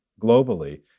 globally